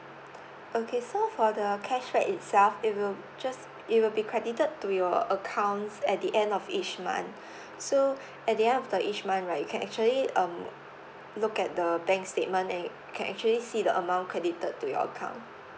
okay so for the cashback itself it will just it will be credited to your accounts at the end of each month so at the end of the each month right you can actually um look at the bank statement and you can actually see the amount credited to your account